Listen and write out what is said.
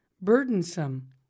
burdensome